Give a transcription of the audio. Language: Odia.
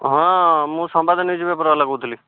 ହଁ ମୁଁ ସମ୍ବାଦ ନ୍ୟୁଜ ପେପର ବାଲା କହୁଥିଲି